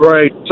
Right